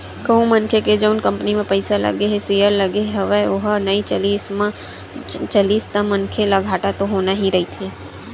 कहूँ मनखे के जउन कंपनी म पइसा लगे हे सेयर लगे हवय ओहा नइ चलिस ता मनखे ल घाटा तो होना ही रहिथे